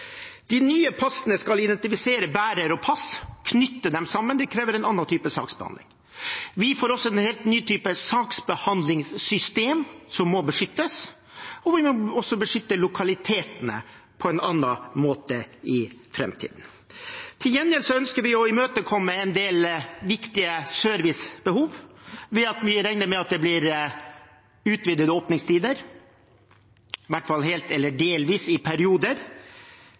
De nye passene skal identifisere bærer og pass, knytte dem sammen, og det krever en annen type saksbehandling. Vi får også en helt ny type saksbehandlingssystem, som må beskyttes, og vi må beskytte lokalitetene på en annen måte i framtiden. Til gjengjeld ønsker vi å imøtekomme en del viktige servicebehov, ved at vi regner med at det blir utvidede åpningstider – i hvert fall i perioder